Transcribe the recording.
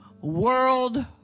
world